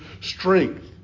strength